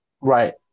Right